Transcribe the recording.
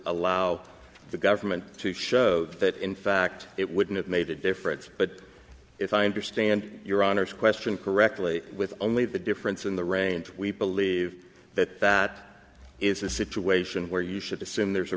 allow the government to show that in fact it wouldn't have made a difference but if i understand your honor's question correctly with only the difference in the range we believe that that is a situation where you should assume there's a